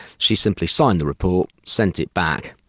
she simply signed the report, sent it back.